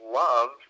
love